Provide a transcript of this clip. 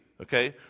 Okay